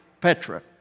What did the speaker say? Petra